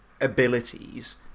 abilities